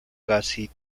casi